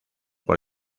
por